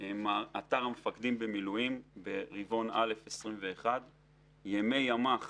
אתר המפקדים במילואים ברבעון א' 2021. ימי ימ"ח